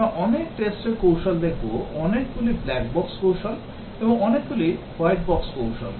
আমরা অনেক test র কৌশল দেখব অনেকগুলি black box কৌশল এবং অনেকগুলি white box কৌশল